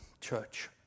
church